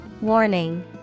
Warning